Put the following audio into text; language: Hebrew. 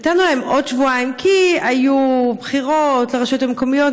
נתנו להם עוד שבועיים כי היו בחירות לרשויות המקומיות,